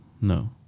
no